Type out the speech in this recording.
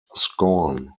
scorn